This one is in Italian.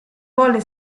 volle